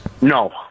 No